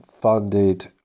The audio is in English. funded